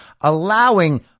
allowing